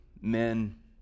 men